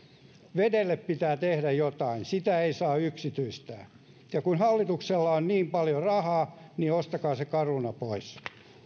vedelle pitää tehdä jotain sitä ei saa yksityistää ja kun hallituksella on niin paljon rahaa niin ostakaa se caruna pois